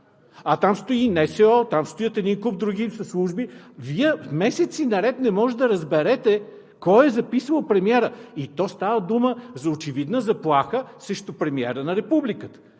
А там стои и НСО, там стоят един куп други служби, Вие месеци наред не може да разберете кой е записвал премиера, и то става дума за очевидна заплаха срещу премиера на Републиката.